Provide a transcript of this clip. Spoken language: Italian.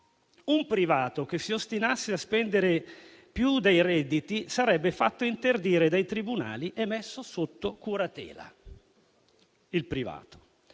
Un privato che si ostinasse a spendere più dei redditi, sarebbe fatto interdire dai tribunali e messo sotto curatela". Einaudi